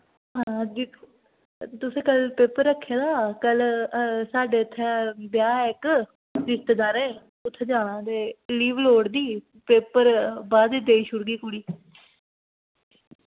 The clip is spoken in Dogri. हां जिस तुसें कल पेपर रक्खे दा कल साढ़े इत्थै ब्याह् ऐ इक रिश्तेदारे उत्थै जाना ते लीव लोड़दी पेपर बाद देई छुड़दी कुड़ी